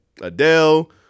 Adele